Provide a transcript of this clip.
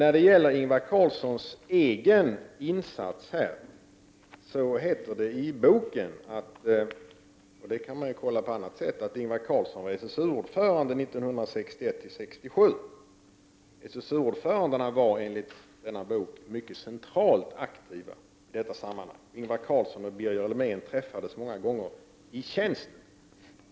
När det gäller Ingvar Carlssons egna insatser framgår det i boken — och det går att kontrollera på annat sätt — att han var SSU-ordförande 1961 till 1967. SSU-ordförandena var enligt denna bok mycket centralt aktiva i detta sammanhang. Ingvar Carlsson och Birger Elmén träffades många gånger i tjänsten.